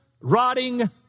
rotting